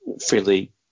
fairly